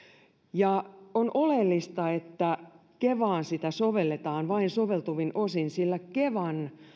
ja on oleellista että kevaan sitä sovelletaan vain soveltuvin osin sillä kevan